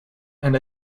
and